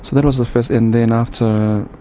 so that was the first. and then after